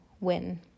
win